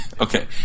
Okay